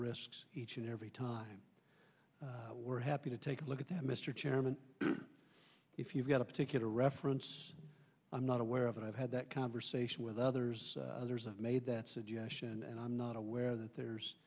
risks each and every time we're happy to take a look at that mr chairman if you've got a particular reference i'm not aware of and i've had that conversation with others others have made that suggestion and i'm not aware that there's